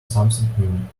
something